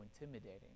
intimidating